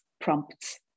prompts